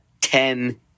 ten